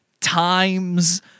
Times